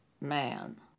man